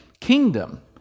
kingdom